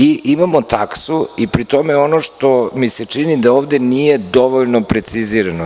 Imamo i taksu i, pri tome, ono što mi se čini da ovde nije dovoljno precizirano.